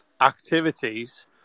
activities